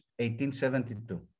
1872